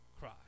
cry